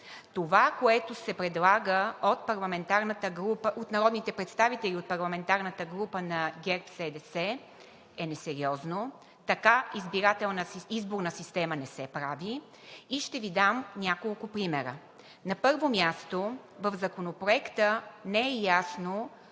Това, което се предлага от народните представители от парламентарната група на ГЕРБ-СДС е несериозно – така изборна система не се прави, и ще Ви дам няколко примера. На първо място, в Законопроекта не е ясно